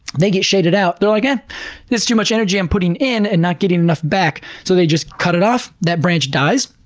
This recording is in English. they get shaded out, they are like ah, that's too much energy i'm putting in and not getting enough back. so they just cut if off, that branch dies,